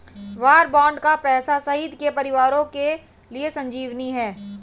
वार bond का पैसा शहीद के परिवारों के लिए संजीवनी है